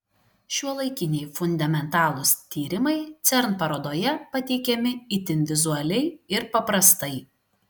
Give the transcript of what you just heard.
šiuolaikiniai fundamentalūs tyrimai cern parodoje pateikiami itin vizualiai ir paprastai